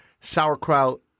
sauerkraut